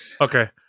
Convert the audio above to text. okay